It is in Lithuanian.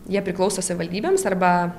jie priklauso savivaldybėms arba